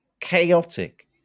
chaotic